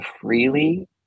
freely